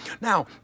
Now